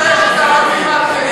ולכן צריך לגרש את הערבים מהכנסת.